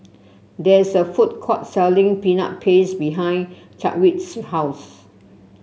there is a food court selling Peanut Paste behind Chadwick's house